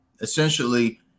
Essentially